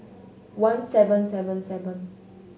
one seven seven seven